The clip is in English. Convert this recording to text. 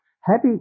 happy